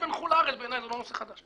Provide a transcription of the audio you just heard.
ההבדל בין חו"ל לארץ, בעיני זה לא נושא חדש.